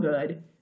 good